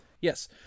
yes